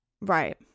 Right